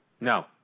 No